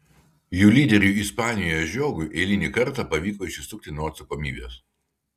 jų lyderiui ispanijoje žiogui eilinį kartą pavyko išsisukti nuo atsakomybės